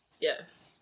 Yes